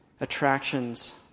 attractions